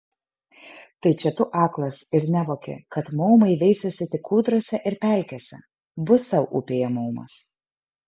tai čia tu aklas ir nevoki kad maumai veisiasi tik kūdrose ir pelkėse bus tau upėje maumas